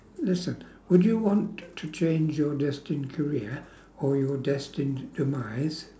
listen would you want to change your destined career or your destined demise